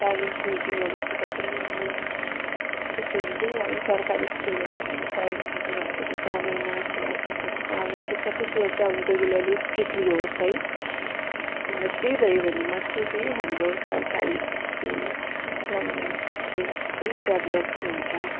parents मिटिङहरूतिर पनि अब कसै हुन्छ नि अब सरकारी स्कुल हो भनेर प्यारेन्ट्स मिटिङहरूतिर जाँदैन खेलाँची सोच्छ अब त्यो सबै कुरा चाहिँ अब रेगुलर्ली स्ट्रिक्ट्ली होस् है अनि त त्यही भयो भने मात्रै चाहिँ हाम्रो सरकारी स्कुल गभर्नमेन्ट स्कुल चाहिँ डेभलप्ड हुन्छ